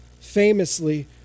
famously